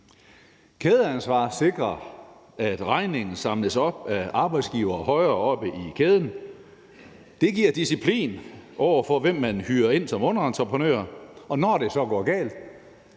Kædeansvar sikrer, at regningen samles op af arbejdsgivere højere oppe i kæden. Det giver disciplin over for, hvem man hyrer ind som underentreprenører, og når det så går galt,